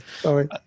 sorry